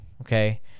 Okay